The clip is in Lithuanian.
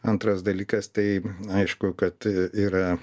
antras dalykas tai aišku kad yra